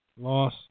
Loss